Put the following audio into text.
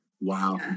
Wow